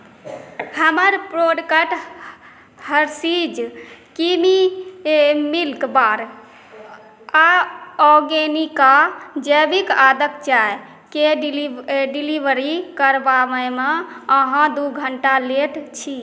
हमर product Hershey's creamy milk bar आओर Organica जैविक आदक चायके डिलीवरी करवाबयमे अहाँ दू घण्टा लेट छी